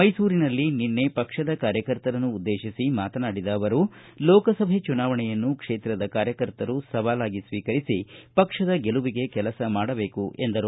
ಮೈಸೂರಿನಲ್ಲಿ ನಿನ್ನೆ ಪಕ್ಷದ ಕಾರ್ಯಕರ್ತರನ್ನು ಉದ್ದೇಶಿಸಿ ಮಾತನಾಡಿದ ಅವರು ಲೋಕಸಭೆ ಚುನಾವಣೆಯನ್ನು ಕ್ಷೇತ್ರದ ಕಾರ್ಯಕರ್ತರು ಸವಾಲಾಗಿ ಸ್ವೀಕರಿಸಿ ಪಕ್ಷದ ಗೆಲುವಿಗೆ ಕೆಲಸ ಮಾಡಬೇಕು ಎಂದರು